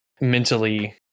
mentally